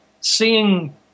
seeing